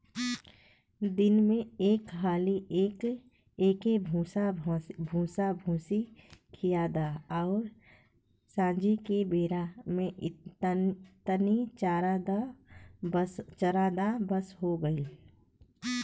दिन में एक हाली एके भूसाभूसी खिया द अउरी सांझी के बेरा में तनी चरा द बस हो गईल